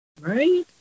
Right